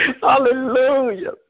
Hallelujah